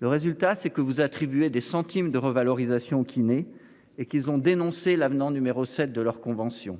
Le résultat c'est que vous attribuez des centimes de revalorisation kiné. Et qu'ils ont dénoncé l'avenant numéro 7 de leur convention.